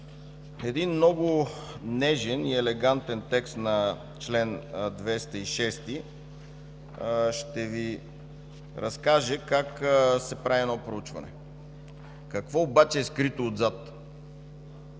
Един много нежен и елегантен текст на чл. 206 ще Ви разкаже как се прави едно проучване. Какво обаче е скрито отзад,